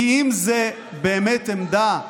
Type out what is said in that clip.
כי אם זה באמת עמדה אידיאולוגית,